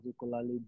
particularly